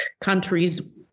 countries